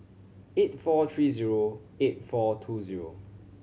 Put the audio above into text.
eight four three zero four eight two zero